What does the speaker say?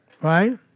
Right